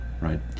right